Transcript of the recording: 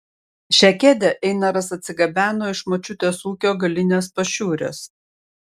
šią kėdę einaras atsigabeno iš močiutės ūkio galinės pašiūrės